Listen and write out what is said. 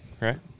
right